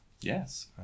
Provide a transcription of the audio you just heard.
Yes